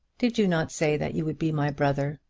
did you not say that you would be my brother?